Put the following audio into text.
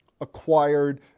acquired